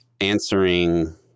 answering